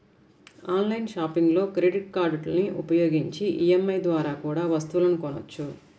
online షాపింగ్లో credit కార్డులని ఉపయోగించి ఈ.ఎం.ఐ ద్వారా కూడా వస్తువులను కొనొచ్చు